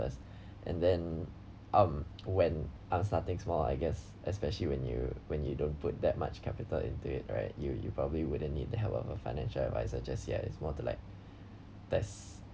first and then um when I'm starting small I guess especially when you when you don't put that much capital into it right you you probably wouldn't need the help of a financial adviser just yet it's more to like test